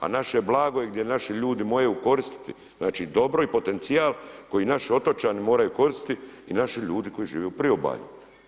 A naše blago je gdje naši ljudi moraju koristiti, znači dobro i potencijal koji naši otočani moraju koristiti i naši ljudi koji žive u priobalju.